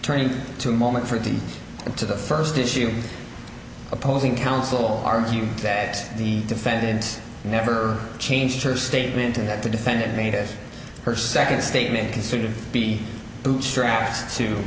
turning to moment for the into the first issue opposing counsel argue that the defendant never changed her statement and that the defendant made it her second statement considered be bootstrap